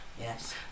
Yes